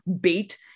bait